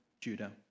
Judah